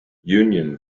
union